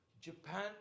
Japan